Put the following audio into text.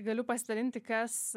galiu pasidalinti kas